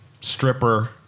stripper